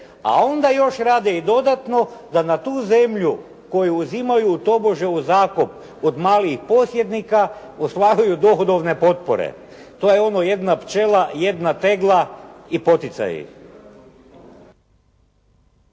A onda još rade i dodatno da na tu zemlju koju uzimaju tobože u zakup od malih posjednika, ostvaruju dohodovne potpore. To je ono jedna pčela, jedna tegla i poticaji.